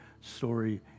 story